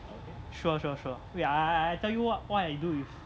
sure sure sure wait I I tell you what what I do with